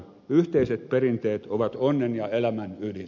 yhteiset perinteet ovat onnen ja elämän ydin